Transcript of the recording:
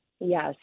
Yes